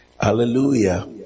Hallelujah